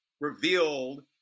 revealed